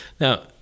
Now